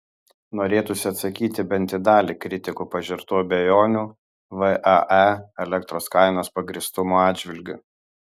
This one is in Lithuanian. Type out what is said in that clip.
norėtųsi atsakyti bent į dalį kritikų pažertų abejonių vae elektros kainos pagrįstumo atžvilgiu